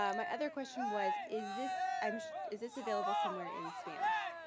um my other question was is this i mean is this available somewhere in spanish?